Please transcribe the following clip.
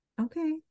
okay